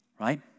Right